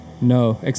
No